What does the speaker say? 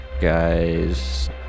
guy's